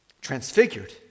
transfigured